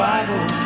Bible